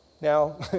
Now